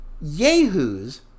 yahoo's